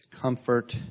comfort